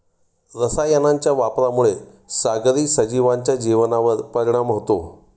रसायनांच्या वापरामुळे सागरी सजीवांच्या जीवनावर परिणाम होतो